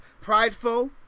prideful